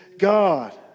God